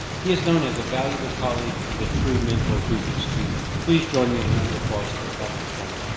he is known as a valuable colleague and a true mentor to his students. please join me in a round of applause for dr. chong.